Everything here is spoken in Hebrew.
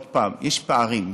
עוד פעם: יש פערים.